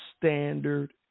standard